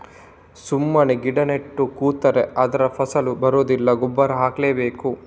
ಸುಮ್ಮನೆ ಗಿಡ ನೆಟ್ಟು ಕೂತ್ರೆ ಅದ್ರಲ್ಲಿ ಫಸಲು ಬರುದಿಲ್ಲ ಗೊಬ್ಬರ ಹಾಕ್ಲೇ ಬೇಕು